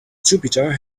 jupiter